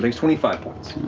like twenty five points.